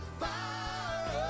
fire